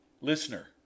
Listener